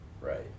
Right